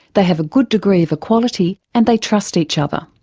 they have a good degree of equality and they trust each other.